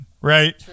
right